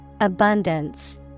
Abundance